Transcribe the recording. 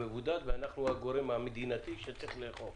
המבודד ואנחנו הגורם המדינתי שצריך לאכוף.